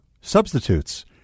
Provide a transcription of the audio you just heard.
substitutes